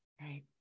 right